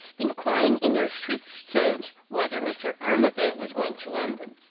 inquiring in her sweetest tones whether mr. armadale was going to london.